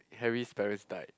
Harry's parents died